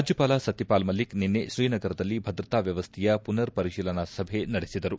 ರಾಜ್ಯಪಾಲ ಸತ್ಯಪಾಲ್ ಮಲಿಕ್ ನಿನ್ನೆ ತ್ರೀನಗರದಲ್ಲಿ ಭದ್ರತಾ ವ್ಯವಸ್ಥೆಯ ಪುನರ್ ಪರಿತೀಲನಾ ಸಭೆ ನಡೆಸಿದರು